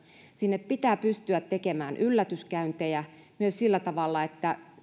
sinne pitää pystyä tekemään yllätyskäyntejä myös sillä tavalla että